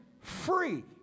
free